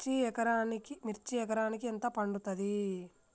మిర్చి ఎకరానికి ఎంత పండుతది?